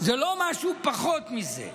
לא פחות מזה.